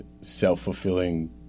self-fulfilling